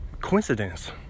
coincidence